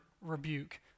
rebuke